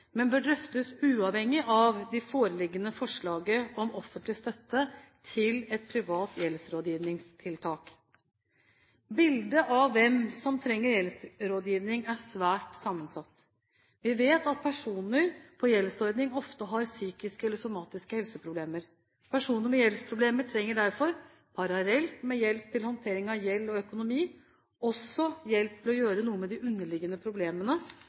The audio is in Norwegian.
men bør drøftes uavhengig av det foreliggende forslaget om offentlig støtte til et privat gjeldsrådgivningstiltak. Bildet av hvem som trenger gjeldsrådgivning, er svært sammensatt. Vi vet at personer på gjeldsordning ofte har psykiske eller somatiske helseproblemer. Personer med gjeldsproblemer trenger derfor – parallelt med hjelp til håndtering av gjeld og økonomi – også hjelp til å gjøre noe med de underliggende problemene,